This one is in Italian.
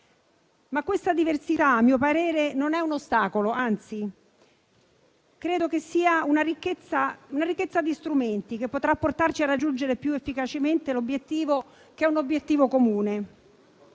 Ma questa diversità - a mio parere - non è un ostacolo; anzi, credo sia una ricchezza di strumenti che potrà portarci a raggiungere più efficacemente quello che è un obiettivo comune.